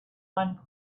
one